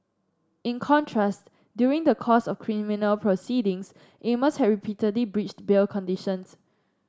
in contrast during the course of criminal proceedings Amos had repeatedly breached bail conditions